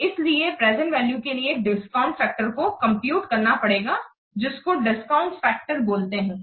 इसलिए present value के लिए एक फैक्टर को कंप्यूटकरना पड़ेगा जिसको डिस्काउंट फैक्टर बोलते हैं